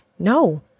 No